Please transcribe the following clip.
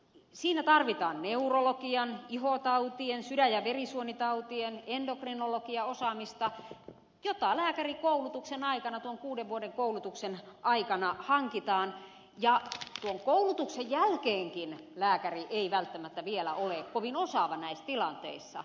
siinä tarvitaan neurologian ihotautien sydän ja verisuonitautien endokrinologian osaamista jota lääkärikoulutuksen aikana tuon kuuden vuoden koulutuksen aikana hankitaan ja tuon koulutuksen jälkeenkään lääkäri ei välttämättä vielä ole kovin osaava näissä tilanteissa